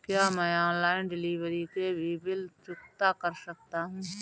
क्या मैं online delivery के भी बिल चुकता कर सकता हूँ?